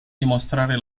dimostrare